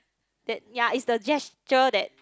then ya it's the gesture that